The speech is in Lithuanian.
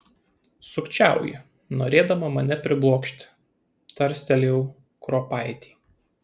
sukčiauji norėdama mane priblokšti tarstelėjau kruopaitei